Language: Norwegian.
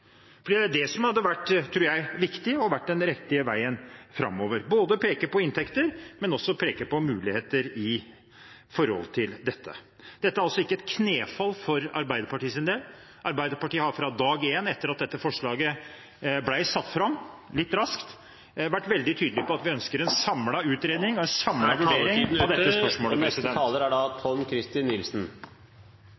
for det er det som hadde vært, tror jeg, viktig og vært den riktige veien framover – både å peke på inntekter og å peke på muligheter når det gjelder dette. Dette er altså ikke et knefall for Arbeiderpartiets del. Arbeiderpartiet har fra dag én etter at dette forslaget ble satt fram, litt raskt, vært veldig tydelige på at vi ønsker en samlet utredning og